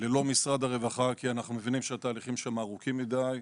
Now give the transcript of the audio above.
- ללא משרד הרווחה כי אנחנו מבינים שהתהליכים שם ארוכים מדי.